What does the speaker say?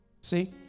See